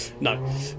No